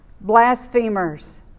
blasphemers